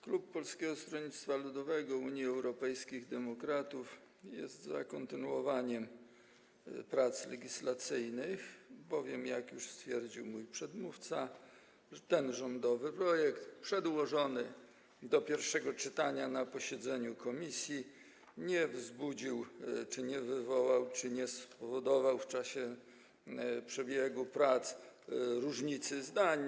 Klub Polskiego Stronnictwa Ludowego - Unii Europejskich Demokratów jest za kontynuowaniem prac legislacyjnych, bowiem - jak już stwierdził mój przedmówca - ten rządowy projekt przedłożony do pierwszego czytania na posiedzeniu komisji nie wzbudził czy nie wywołał, nie spowodował w czasie prac różnicy zdań.